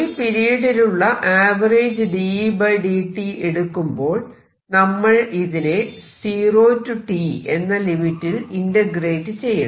ഒരു പിരീഡിലുള്ള average dE dt എടുക്കുമ്പോൾ നമ്മൾ ഇതിനെ 0 T എന്ന ലിമിറ്റിൽ ഇന്റഗ്രേറ്റ് ചെയ്യണം